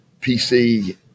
PC